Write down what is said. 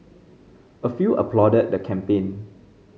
a few applauded the campaign